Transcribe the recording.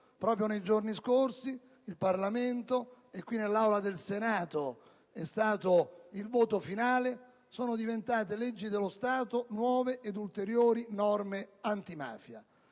- che nei giorni scorsi in Parlamento, nell'Aula del Senato c'è stato il voto finale, sono diventate leggi dello Stato nuove ed ulteriori norme antimafia,